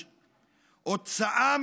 החוצה.